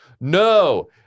No